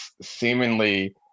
seemingly